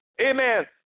Amen